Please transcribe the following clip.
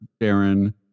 Darren